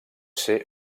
ser